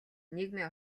нийгмийн